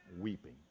weeping